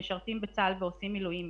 משרתים בצה"ל ועושים מילואים.